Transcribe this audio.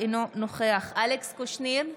אינו נוכח אלכס קושניר,